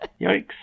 Yikes